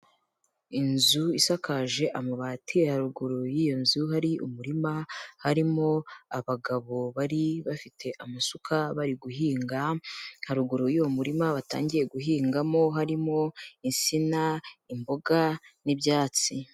Inzu isakaje amabati haruguru y'iyo nzu hari umurima, harimo abagabo bari bafite amasuka bari guhinga, haruguru y'uwo murima batangiye guhingamo harimo insina, imboga n'ibyatsi.